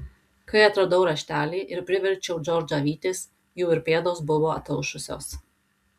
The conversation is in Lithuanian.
kai atradau raštelį ir priverčiau džordžą vytis jų ir pėdos buvo ataušusios